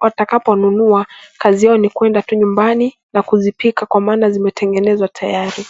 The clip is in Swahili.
watakapo nunua, kazi yao ni kwenda tu nyumbani na kuzipika kwa maana zimetengenezwa tayari.